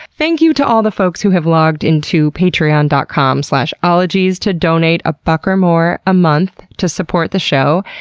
thank you to all the folks who have logged into patreon dot com slash ologies to donate a buck or more a month to support the show.